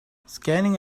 scanning